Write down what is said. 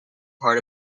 part